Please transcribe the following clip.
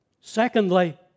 Secondly